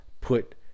put